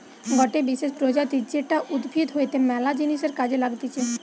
গটে বিশেষ প্রজাতি যেটা উদ্ভিদ হইতে ম্যালা জিনিসের কাজে লাগতিছে